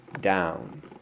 down